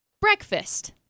breakfast